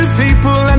people